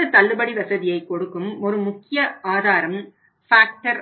இந்த தள்ளுபடி வசதியை கொடுக்கும் ஒரு முக்கிய ஆதாரம் ஃபேக்ட்டர்